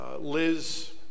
Liz